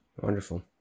Wonderful